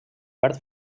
verd